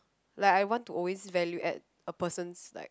like I want to always value at a person's like